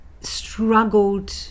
struggled